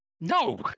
No